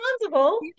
responsible